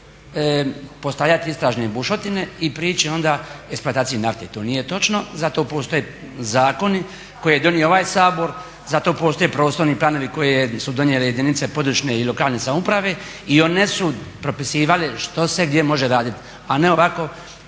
postavljat istražne bušotine i prići onda eksploataciji nafte. To nije točno. Zato postoje zakoni koje je donio ovaj Sabor, zato postoje prostorni planovi koje su donijele jedinice područne i lokalne samouprave i one su propisivale što se gdje može radit, a ne ovako